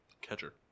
Catcher